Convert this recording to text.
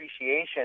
appreciation